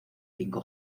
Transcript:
cinco